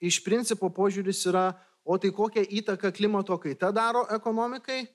iš principo požiūris yra o tai kokią įtaką klimato kaita daro ekonomikai